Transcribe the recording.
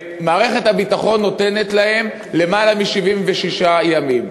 מערכת הביטחון נותנת להם למעלה מ-76 ימים.